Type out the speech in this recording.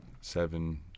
seven